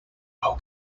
how